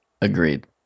Agreed